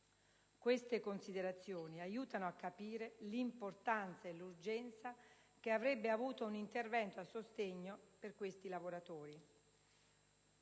Queste considerazioni aiutano a capire l'importanza e l'urgenza che avrebbe avuto un intervento a sostegno di questi lavoratori.